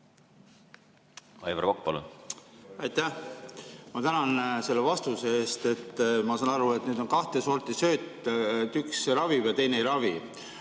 Aivar Kokk, palun! Aitäh! Ma tänan selle vastuse eest. Ma saan aru, et nüüd on kahte sorti sööta, üks ravib ja teine ei ravi.